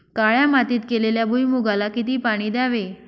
काळ्या मातीत केलेल्या भुईमूगाला किती पाणी द्यावे?